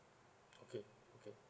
okay okay